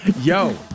Yo